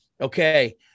Okay